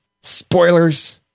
Spoilers